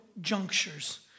junctures